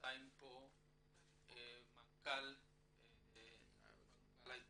נמצא כאן מנכ"ל העיתון,